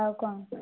ଆଉ କ'ଣ କୁହ